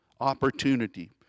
opportunity